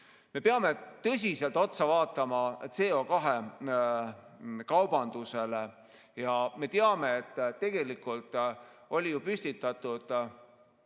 Me peame tõsiselt otsa vaatama CO2-kaubandusele. Me teame, tegelikult oli ju püstitatud